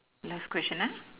last question ah